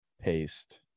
Paste